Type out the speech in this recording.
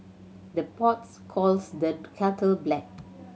the pots calls the kettle black